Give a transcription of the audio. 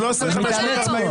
תגיד לו את זה.